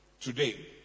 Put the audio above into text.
Today